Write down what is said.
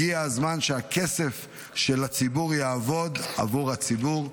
הגיע הזמן שהכסף של הציבור יעבוד עבור הציבור.